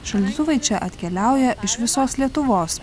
šaldytuvai čia atkeliauja iš visos lietuvos